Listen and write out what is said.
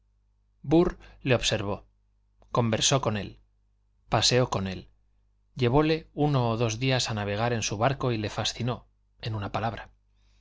le observó conversó con él paseó con él llevóle uno o dos días a navegar en su barco y le fascinó en una palabra